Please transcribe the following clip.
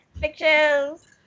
pictures